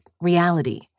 reality